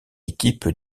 équipe